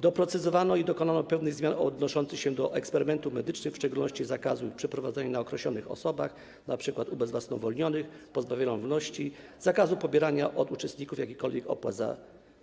Doprecyzowano zapisy i dokonano pewnych zmian odnoszących się do eksperymentów medycznych, w szczególności zakazu ich prowadzenia na określonych osobach, np. ubezwłasnowolnionych, pozbawionych wolności, zakazu pobierania od uczestników jakichkolwiek opłat za